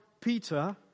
Peter